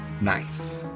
Nice